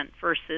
versus